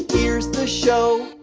here's the show